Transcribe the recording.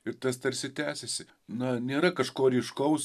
ir tas tarsi tęsiasi na nėra kažko ryškaus